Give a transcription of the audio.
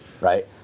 right